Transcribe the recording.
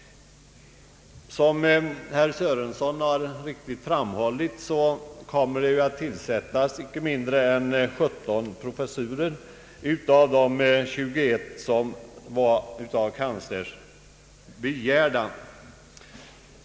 Som herr Sörenson mycket riktigt framhöll, kommer det att inrättas inte mindre än 17 professurer av de 21 som begärdes av kanslersämbetet.